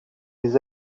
les